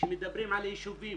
כשמדברים על יישובים,